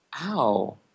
Ow